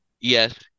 yes